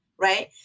right